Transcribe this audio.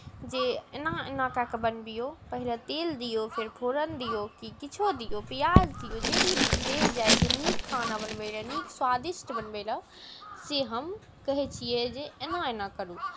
जे एना एना कए कऽ बनबियौ पहिले तेल दियौ फेर फोरन दियौ कि किछो दियौ प्याज दियौ जे भी देल जाइत छै नीक खाना बनबै लेल नीक स्वादिष्ट बनबै लेल से हम कहै छियै जे एना एना करू